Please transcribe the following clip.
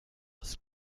was